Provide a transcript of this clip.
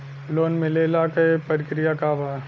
Loan मिलेला के प्रक्रिया का बा?